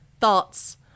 thoughts